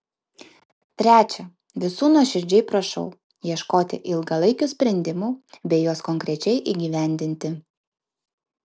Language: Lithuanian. trečia visų nuoširdžiai prašau ieškoti ilgalaikių sprendimų bei juos konkrečiai įgyvendinti